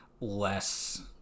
less